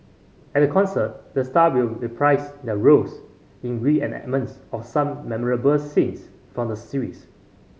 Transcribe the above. at the concert the star will reprise their roles in reenactments of some memorable scenes from the series